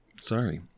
Sorry